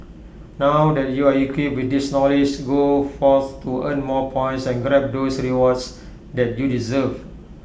now that you're equipped with this knowledge go forth to earn more points and grab those rewards that you deserve